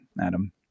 Adam